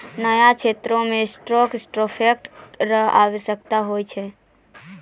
न्याय क्षेत्रो मे स्टॉक सर्टिफिकेट र आवश्यकता होय छै